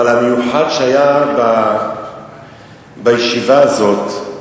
אבל המיוחד שהיה בישיבה הזאת,